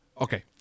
Okay